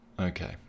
okay